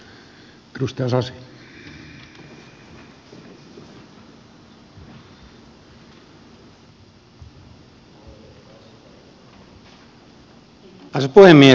arvoisa puhemies